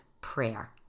prayer